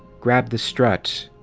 grab the strut.